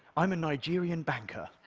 i'm a nigerian banker,